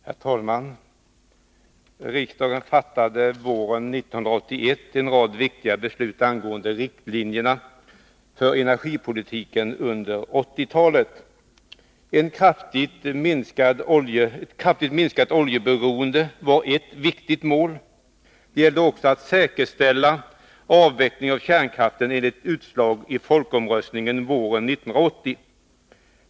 Herr talman! Riksdagen fattade våren 1981 en rad viktiga beslut angående riktlinjerna för energipolitiken under 1980-talet. Ett kraftigt minskat oljeberoende var ett viktigt mål. Det gällde också att säkerställa avvecklingen av kärnkraften enligt utslaget i folkomröstningen våren 1980.